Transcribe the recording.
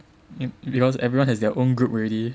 because everyone has their own group already